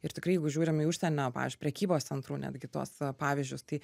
ir tikrai jeigu žiūrim į užsienio pavyzdžiui prekybos centrų netgi tuos pavyzdžius tai